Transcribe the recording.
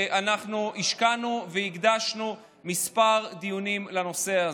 השקענו והקדשנו כמה דיונים לנושא הזה.